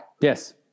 Yes